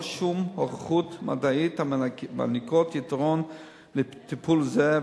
שום הוכחות מדעיות המעניקות יתרון לטיפול זה,